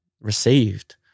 received